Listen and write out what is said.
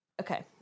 Okay